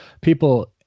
people